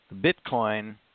Bitcoin